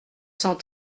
cent